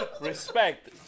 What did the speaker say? Respect